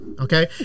okay